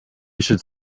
should